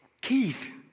Keith